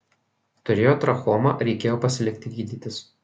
turėjo trachomą reikėjo pasilikti gydytis